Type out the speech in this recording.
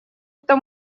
это